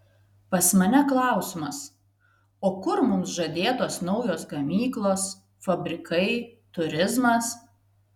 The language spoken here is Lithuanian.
pas mane klausimas o kur mums žadėtos naujos gamyklos fabrikai turizmas